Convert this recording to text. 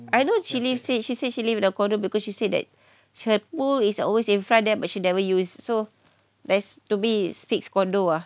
I know chile said she say she live in a condo because she said that she had her pool is always in front there but she never used so there's to me it's fixed condo lah